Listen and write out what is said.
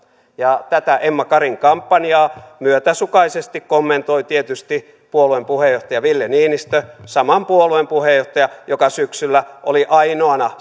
ja tätä emma karin kampanjaa myötäsukaisesti kommentoi tietysti puolueen puheenjohtaja ville niinistö saman puolueen puheenjohtaja joka syksyllä oli ainoana